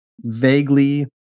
vaguely